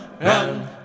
run